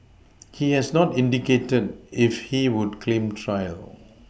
he has not indicated if he would claim trial